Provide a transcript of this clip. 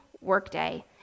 workday